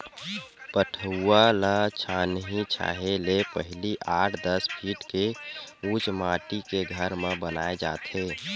पठउवा ल छानही छाहे ले पहिली आठ, दस फीट के उच्च माठी के घर म बनाए जाथे